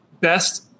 best